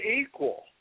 equal